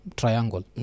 triangle